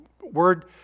Word